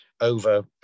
over